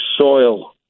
soil